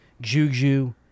Juju